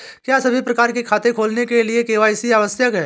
क्या सभी प्रकार के खाते खोलने के लिए के.वाई.सी आवश्यक है?